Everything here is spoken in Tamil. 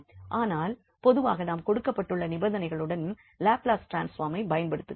ஆனால் பொதுவாக நாம் கொடுக்கப்பட்டுள்ள நிபந்தனைகளுடன் லாப்லஸ் ட்ரான்ஸ்ஃபார்மை பயன்படுத்துகிறோம்